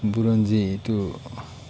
বুৰঞ্জী এইটো